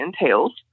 entails